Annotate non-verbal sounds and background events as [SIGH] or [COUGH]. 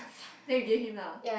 [NOISE] then you gave him lah